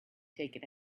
taken